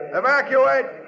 evacuate